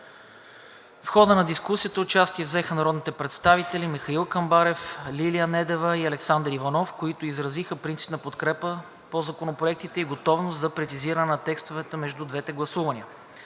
В хода на дискусията участие взеха народните представители Михал Камбарев, Лилия Недева и Александър Иванов, които изразиха принципна подкрепа по законопроектите и готовност за прецизиране на текстовете между двете гласувания.